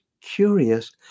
curious